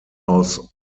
aus